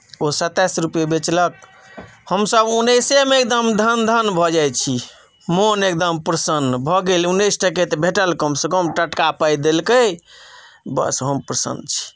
ओ सत्ताइस रूपैए बेचलक हमसभ उन्नैसेमे एकदम धन्य धन्य भऽ जाइत छी मोन एकदम प्रसन्न भऽ गेल उन्नैस टके तऽ भेटल कमसँ कम टटका पाइ देलकै बस हम प्रसन्न छी